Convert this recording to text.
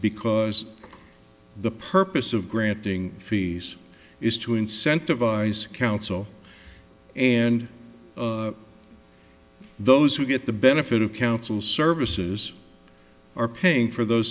because the purpose of granting fees is to incentivise counsel and those who get the benefit of counsel services are paying for those